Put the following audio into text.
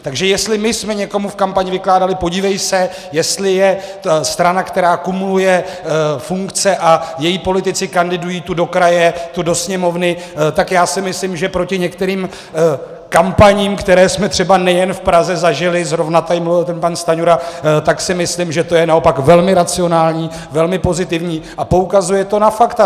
Takže jestli my jsme někomu v kampani vykládali, podívej se, jestli je to strana, která kumuluje funkce a její politici kandidují tu do kraje, tu do Sněmovny, tak já si myslím, že proti některým kampaním, které jsme třeba nejen v Praze zažili, zrovna tady mluvil pan Stanjura, tak si myslím, že to je naopak velmi racionální, velmi pozitivní a poukazuje to na fakta.